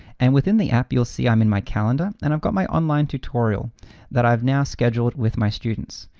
and within the app you'll see i'm in my calendar, and i've got my online tutorial that i've now scheduled with my students.